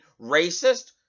racist